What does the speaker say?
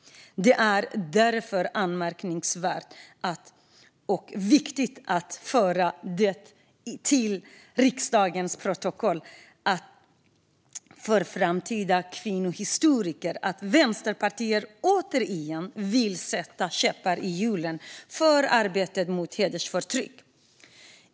Det är därför anmärkningsvärt - och viktigt att för framtida kvinnohistoriker få fört till riksdagens protokoll - att Vänsterpartiet återigen vill sätta käppar i hjulet för arbetet mot hedersförtryck.